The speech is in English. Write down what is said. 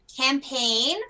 campaign